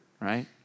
right